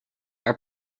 are